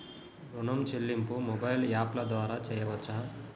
ఋణం చెల్లింపు మొబైల్ యాప్ల ద్వార చేయవచ్చా?